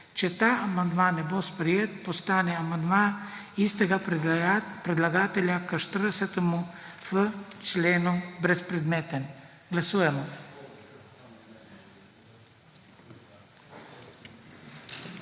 Če ta amandma ne bo sprejet postane amandma istega predlagatelja k 40.f členu brezpredmeten. Glasujemo.